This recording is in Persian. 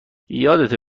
یادته